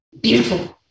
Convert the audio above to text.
Beautiful